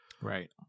Right